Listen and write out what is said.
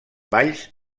balls